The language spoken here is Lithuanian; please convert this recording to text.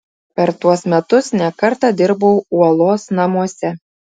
per tuos metus ne kartą dirbau uolos namuose